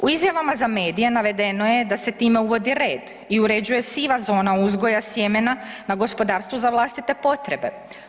U izjavama za medije navedeno je da se time uvodi red i uređuje siva zona uzgoja sjemena na gospodarstvu za vlastite potrebe.